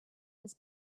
his